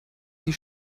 die